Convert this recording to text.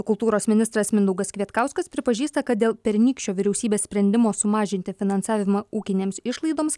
kultūros ministras mindaugas kvietkauskas pripažįsta kad dėl pernykščio vyriausybės sprendimo sumažinti finansavimą ūkinėms išlaidoms